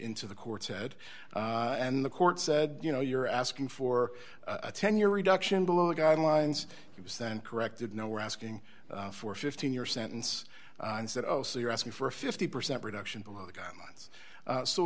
into the court said and the court said you know you're asking for a ten year reduction below the guidelines it was then corrected no we're asking for a fifteen year sentence and said oh so you're asking for a fifty percent reduction below the guidelines